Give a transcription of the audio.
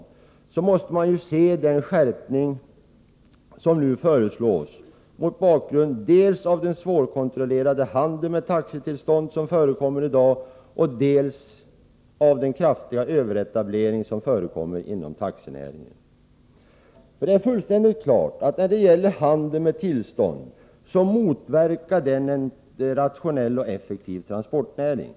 Men vi måste ju se den skärpning som nu föreslås mot bakgrund av dels den svårkontrollerade handeln med taxitillstånd som förekommer i dag, dels den kraftiga överetablering som förekommer inom taxinäringen. För det är fullständigt klart att handeln med tillstånd motverkar en rationell och effektiv transportnäring.